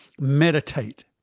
meditate